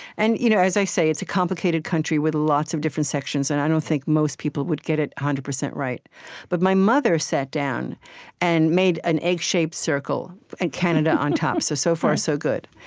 and you know as i say, it's a complicated country with lots of different sections, and i don't think most people would get it one hundred percent right but my mother sat down and made an egg-shaped circle and canada on top. so so far, so good,